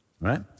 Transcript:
right